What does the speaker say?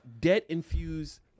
debt-infused